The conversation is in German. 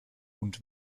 und